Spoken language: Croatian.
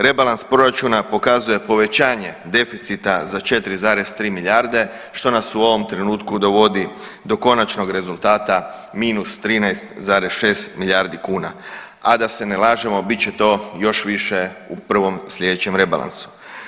Rebalans proračuna pokazuje povećanje deficita za 4,3 milijarde što nas u ovom trenutku dovodi do konačnog rezultata minus 13,6 milijardi kuna, a da se ne lažemo bit će to još više u prvom slijedećem rebalansu.